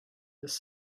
this